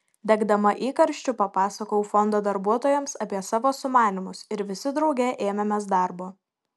degdama įkarščiu papasakojau fondo darbuotojams apie savo sumanymus ir visi drauge ėmėmės darbo